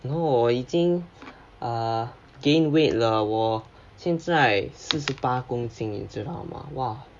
no 我已经 uh gain weight 了我现在四十八公斤了你知道 mah